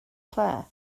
lle